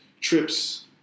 trips